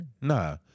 nah